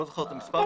לא זוכר את המספרים,